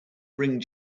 bring